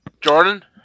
Jordan